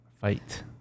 fight